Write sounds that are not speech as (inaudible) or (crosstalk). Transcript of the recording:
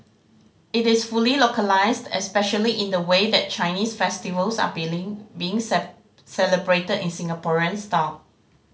it is fully localised especially in the way that Chinese festivals are (unintelligible) being (unintelligible) celebrated in Singaporean style